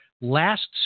last